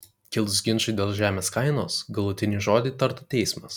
kilus ginčui dėl žemės kainos galutinį žodį tartų teismas